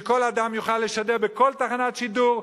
כשכל אדם יוכל לשדר בכל תחנת שידור.